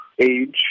age